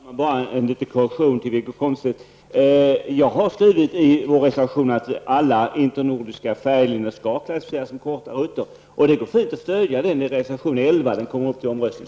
Herr talman! Jag vill bara korrigera Wiggo Komstedt. Jag har i vår reservation framfört att alla internordiska färjelinjer skall klassificeras som korta rutter. Det går bra att stödja den reservationen, nr 11, som snart kommer upp till omröstning.